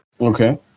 Okay